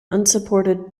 unsupported